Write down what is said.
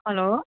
hello